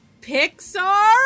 pixar